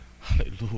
Hallelujah